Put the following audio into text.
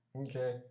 Okay